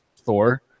Thor